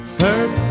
Third